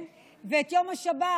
ואת יום השבת,